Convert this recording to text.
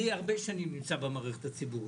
אני הרבה שנים נמצא במערכת הציבורית.